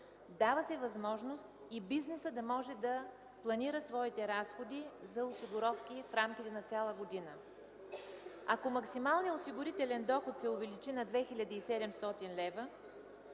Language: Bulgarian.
Дава се възможност и бизнесът да може да планира своите разходи за осигуровки в рамките на цяла година. Ако максималният осигурителен доход се увеличи на 2700 лева,